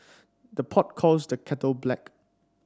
the pot calls the kettle black